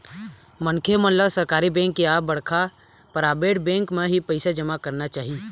मनखे मन ल सरकारी बेंक या बड़का पराबेट बेंक म ही पइसा जमा करना चाही